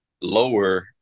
lower